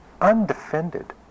undefended